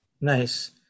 Nice